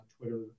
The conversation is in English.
Twitter